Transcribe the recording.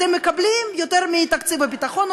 אתם מקבלים יותר מתקציב הביטחון,